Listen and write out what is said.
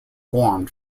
formed